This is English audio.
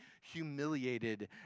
humiliated